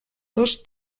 dos